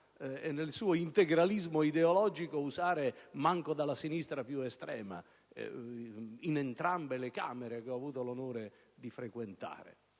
e nel suo integralismo ideologico nemmeno dalla sinistra più estrema, in entrambe le Camere che ho avuto l'onore di frequentare.